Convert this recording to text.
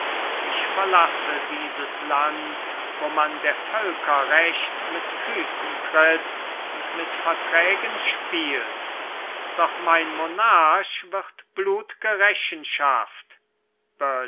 ich verlasse dieses land wo man der völker recht mit füßen tritt und mit verträgen spielt doch mein monarch wird blut'ge